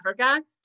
Africa